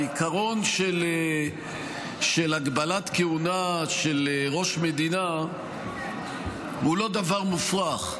העיקרון של הגבלת כהונה של ראש מדינה הוא לא דבר מופרך,